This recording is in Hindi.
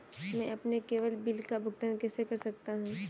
मैं अपने केवल बिल का भुगतान कैसे कर सकता हूँ?